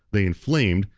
they inflamed,